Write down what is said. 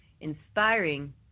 inspiring